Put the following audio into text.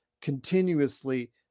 continuously